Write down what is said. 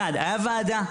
אחד היה ועדה,